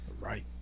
right